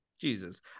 Jesus